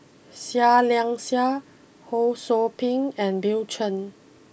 Seah Liang Seah Ho Sou Ping and Bill Chen